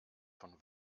von